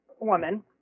woman